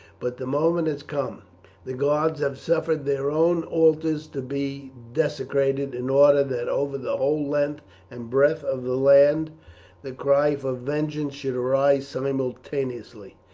but the moment has come the gods have suffered their own altars to be desecrated in order that over the whole length and breadth of the land the cry for vengeance shall arise simultaneously.